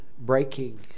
breaking